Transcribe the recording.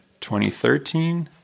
2013